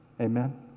Amen